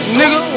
nigga